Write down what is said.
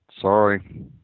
Sorry